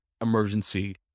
emergency